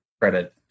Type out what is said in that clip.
credit